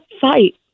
fight